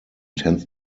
tends